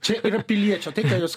čia yra piliečio tai ką jūs